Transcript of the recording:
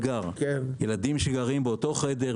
ילדים שגרים באותו בחדר,